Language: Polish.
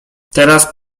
teraz